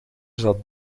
zat